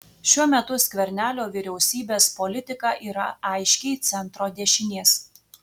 šiuo metu skvernelio vyriausybės politika yra aiškiai centro dešinės